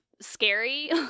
scary